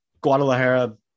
Guadalajara